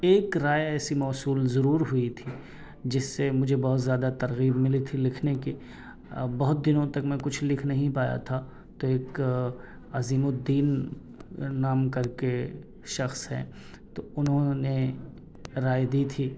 ایک رائے ایسی موصول ضرور ہوئی تھی جس سے مجھے بہت زیادہ ترغیب ملی تھی لکھنے کی بہت دنوں تک میں کچھ لکھ نہیں پایا تھا تو ایک عظیم الدین نام کر کے شخص ہیں تو انہوں نے رائے دی تھی